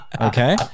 Okay